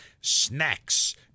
snacks